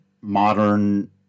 modern